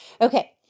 Okay